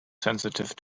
sensitive